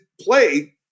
play